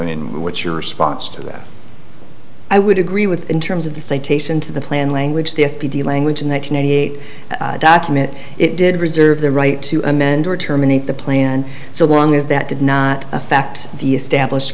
mean what your response to that i would agree with in terms of the citation to the plan language the s p d language in one thousand eight document it did reserve the right to amend or terminate the plan so long as that did not affect the established